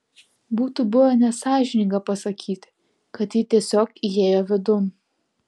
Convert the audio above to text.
būtų buvę nesąžininga pasakyti kad ji tiesiog įėjo vidun